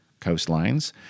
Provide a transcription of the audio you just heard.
coastlines